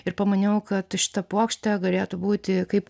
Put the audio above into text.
ir pamaniau kad šita puokštė galėtų būti kaip